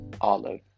Olive